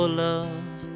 love